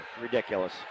Ridiculous